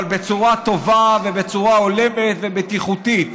אבל בצורה טובה ובצורה הולמת ובטיחותית.